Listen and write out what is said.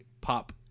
pop